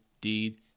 deed